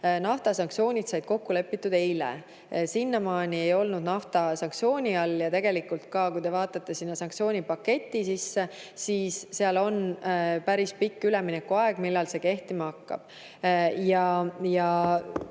naftasanktsioonid said kokku lepitud eile. Sinnamaani ei olnud nafta sanktsiooni all ja kui te vaatate sinna sanktsioonipaketti sisse, siis seal on päris pikk üleminekuaeg, millal see kehtima hakkab.